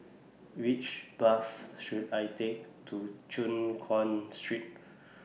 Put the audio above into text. Which Bus should I Take to Choon Guan Street